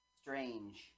Strange